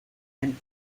and